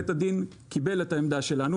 בית הדין קיבל את העמדה שלנו,